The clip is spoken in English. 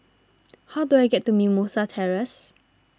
how do I get to Mimosa Terrace